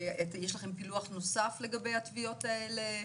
ויש לכם פילוח נוסף לגבי התביעות האלה?